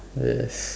yes